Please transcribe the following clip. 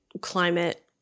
climate